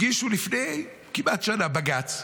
הגישו כמעט לפני שנה בג"ץ.